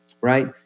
right